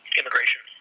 immigration